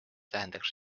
tähendaks